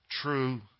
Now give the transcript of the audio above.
true